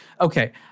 okay